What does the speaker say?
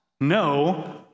no